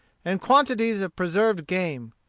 and quantities of preserved game.